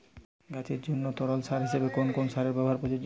গাছের জন্য তরল সার হিসেবে কোন কোন সারের ব্যাবহার প্রযোজ্য?